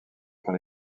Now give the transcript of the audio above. par